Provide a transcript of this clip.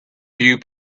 few